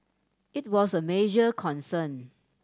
it was a major concern